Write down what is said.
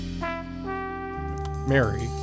Mary